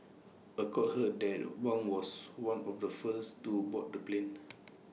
A court heard that Wang was one of the first to board the plane